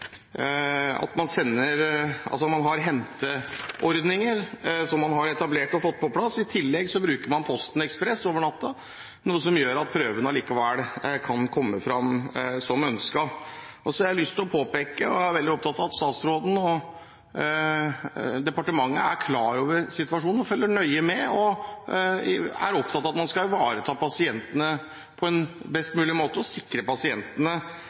henteordninger som man har etablert og fått på plass. I tillegg bruker man Posten Ekspress over natten, noe som gjør at prøvene likevel kan komme fram som ønsket. Jeg er veldig opptatt av at statsråden og departementet er klar over situasjonen, følger nøye med og er opptatt av at man skal ivareta pasientene på en best mulig måte og sikre pasientene